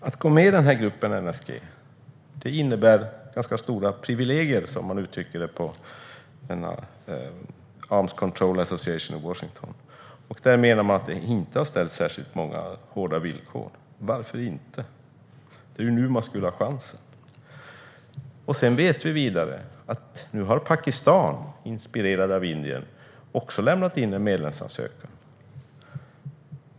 Att gå med i NSG innebär ganska stora privilegier, som man uttrycker det på Arms Control Association i Washington. Där menar man att det inte har ställts särskilt många hårda villkor. Varför inte? Det är ju nu chansen finns. Vidare vet vi att Pakistan nu, inspirerat av Indien, också har lämnat in en medlemsansökan.